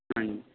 ਹਾਂਜੀ